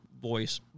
voice